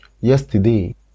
yesterday